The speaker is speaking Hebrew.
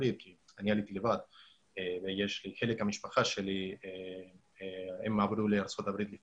הברית אני עליתי לבד וחלק מהמשפחה שלי עבר לארצות